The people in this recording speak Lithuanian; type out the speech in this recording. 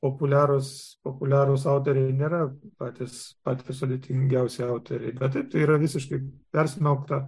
populiarūs populiarūs autoriai nėra patys patys sudėtingiausi autoriai bet taip tai yra visiškai persmelkta